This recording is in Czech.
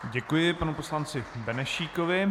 Děkuji panu poslanci Benešíkovi.